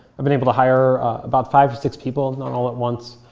i've been able to hire about five to six people not all at once,